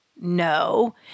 No